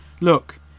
Look